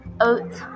oats